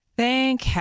Thank